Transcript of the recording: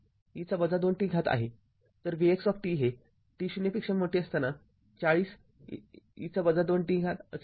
तर vx हे t 0 साठी ४० e २t असेल